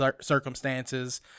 circumstances